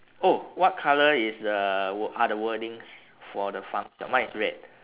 oh what colour is the wo~ are the wordings for the farm shop mine is red